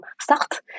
start